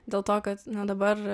dėl to kad na dabar